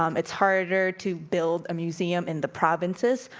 um it's harder to build a museum in the provinces.